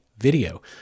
video